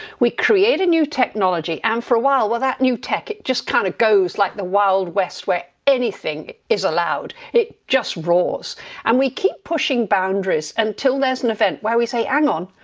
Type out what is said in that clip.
we create a new technology and for a while well that new tech it just kind of goes like the wild west, where anything is allowed. it just roars and we keep pushing boundaries, until there's an event, where we say hang on,